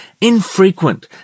infrequent